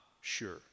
sure